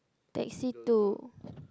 taxi two